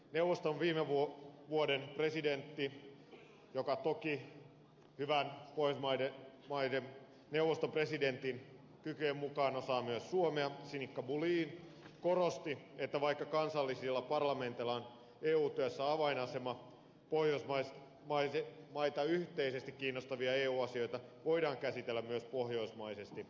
neuvoston viime vuoden presidentti joka toki hyvän pohjoismaiden neuvoston presidentin kykyjen mukaan osaa myös suomea sinikka bohlin korosti että vaikka kansallisilla parlamenteilla on eu työssä avainasema pohjoismaita yhteisesti kiinnostavia eu asioita voidaan käsitellä myös pohjoismaisesti